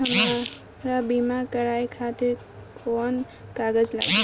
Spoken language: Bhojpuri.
हमरा बीमा करावे खातिर कोवन कागज लागी?